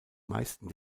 meisten